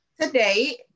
Today